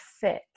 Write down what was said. fit